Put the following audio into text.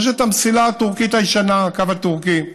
יש את המסילה הטורקית הישנה, הקו הטורקי,